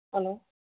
hello